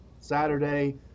Saturday